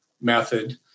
method